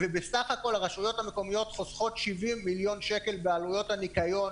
ובסך הכול הרשויות המקומיות חוסכות 70 מיליון שקלים בעלויות הניקיון,